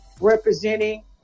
representing